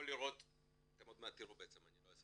תראו עוד מעט שיש